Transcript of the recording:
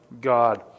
God